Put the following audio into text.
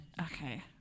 Okay